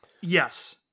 yes